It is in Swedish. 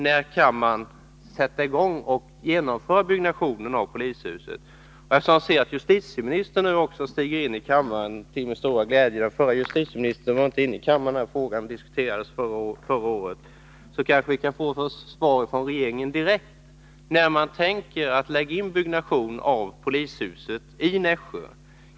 När kan man genomföra byggnationen av polishuset? Jagser till min stora glädje att justitieministern nu kommer in i kammaren, och då kanske vi kan få ett svar direkt från regeringen på frågan om när man tänker påbörja byggnationen av polishuset i Nässjö.